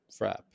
frap